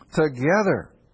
together